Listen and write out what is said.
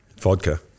Vodka